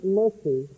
mercy